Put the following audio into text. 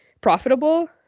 profitable